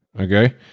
Okay